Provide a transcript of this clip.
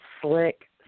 slick